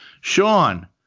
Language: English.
Sean